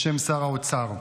בשם שר האוצר.